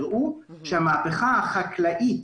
הראו שהמהפכה החקלאית